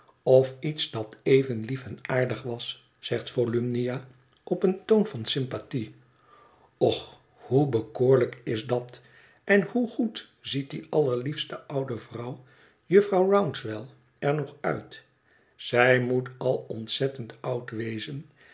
of iets dat even lief en aardig was zegt volumnia op een toon van sympathie och hoe bekoorlijk is dat en hoe goed ziet die allerliefste oude vrouw jufvrouw rouncewell er nog uit zij moet al ontzettend oud wezen